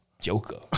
joker